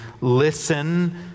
listen